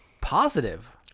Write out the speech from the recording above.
Positive